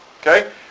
Okay